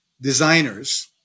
designers